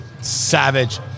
Savage